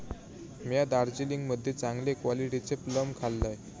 म्या दार्जिलिंग मध्ये चांगले क्वालिटीचे प्लम खाल्लंय